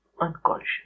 unconscious